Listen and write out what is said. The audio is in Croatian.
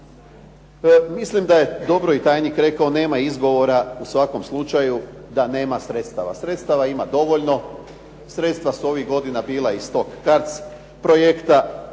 Mislim da je dobro i tajnik rekao nema izgovora u svakom slučaju da nema sredstava. Sredstava ima dovoljno. Sredstva su ovih godina bila iz tog CARDS projekta,